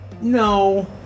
No